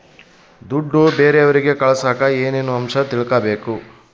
ದುಡ್ಡು ಬೇರೆಯವರಿಗೆ ಕಳಸಾಕ ಏನೇನು ಅಂಶ ತಿಳಕಬೇಕು?